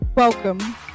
Welcome